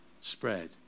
spread